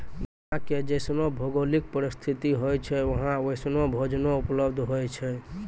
जहां के जैसनो भौगोलिक परिस्थिति होय छै वहां वैसनो भोजनो उपलब्ध होय छै